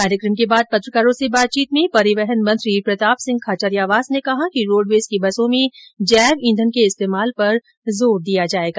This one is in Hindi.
कार्यक्रम के बाद पत्रकारों से बातचीत में परिवहन मंत्री प्रताप सिंह खाचरियावास ने कहा कि रोडवेज की बसों में जैव ईंधन के इस्तेमाल पर जोर दिया जायेगा